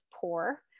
poor